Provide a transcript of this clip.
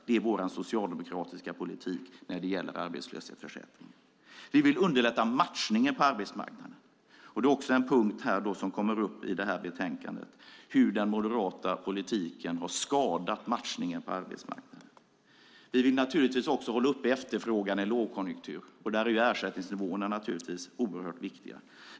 Det är Socialdemokraternas politik för arbetslöshetsförsäkringen. Vi vill underlätta matchningen på arbetsmarknaden. Det är också en punkt i betänkandet. Den moderata politiken har skadat matchningen på arbetsmarknaden. Vi vill också hålla uppe efterfrågan i lågkonjunktur. Här är ersättningsnivåerna givetvis viktiga.